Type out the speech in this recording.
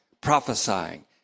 prophesying